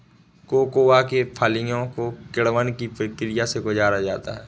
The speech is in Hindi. कोकोआ के फलियों को किण्वन की प्रक्रिया से गुजारा जाता है